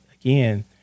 again